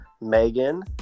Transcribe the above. Megan